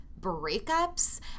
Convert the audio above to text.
breakups